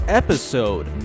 episode